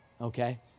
okay